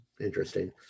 interesting